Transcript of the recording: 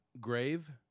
grave